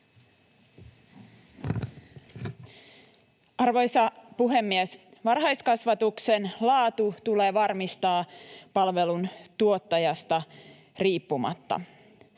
Arvoisa puhemies! Varhaiskasvatuksen laatu tulee varmistaa palvelun tuottajasta riippumatta.